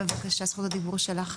בבקשה, זכות הדיבור שלך.